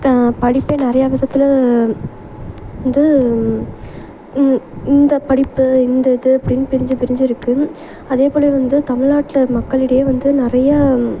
படிப்பே நிறையா விதத்தில் வந்து இந்த படிப்பு இந்த இது அப்படின்னு பிரிஞ்சு பிரிஞ்சு இருக்குது அதேபோலே வந்து தமிழ்நாட்டில் மக்களிடையே வந்து நிறையா